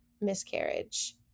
miscarriage